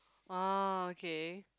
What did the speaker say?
[wah] okay